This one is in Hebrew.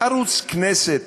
ערוץ הכנסת,